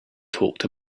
talked